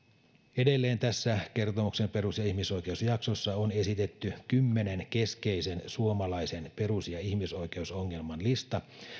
edelleen tässä kertomuksen perus ja ihmisoikeusjaksossa on esitetty kymmenen keskeisen suomalaisen perus ja ihmisoikeusongelman lista